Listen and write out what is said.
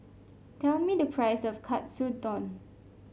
tell me the price of Katsudon